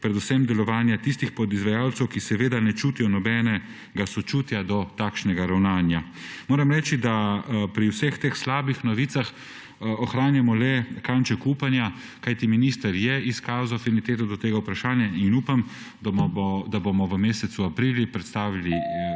predvsem delovanje tistih podizvajalcev, ki ne čutijo nobenega sočutja do takšnega ravnanja. Moram reči, da pri vseh teh slabih novicah ohranjamo le kanček upanja, kajti minister je izkazal afiniteto do tega vprašanja, in upam, da bomo v mesecu aprilu predstavili